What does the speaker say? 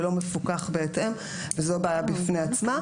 לא מפוקח בהתאם וזאת בעיה בפני עצמה.